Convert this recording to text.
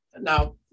Now